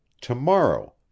tomorrow